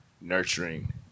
nurturing